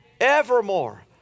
Evermore